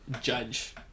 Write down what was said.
judge